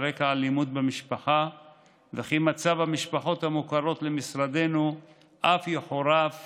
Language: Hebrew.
רקע אלימות במשפחה וכי מצב המשפחות המוכרות למשרדנו אף יוחרף